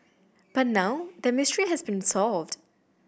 but now that mystery has been solved